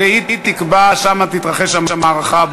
ועדת המדע.